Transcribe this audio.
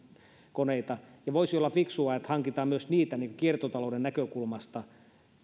koneita voisi olla fiksua että hankitaan niitä myös kiertotalouden näkökulmasta jotta